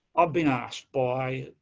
i've been asked by.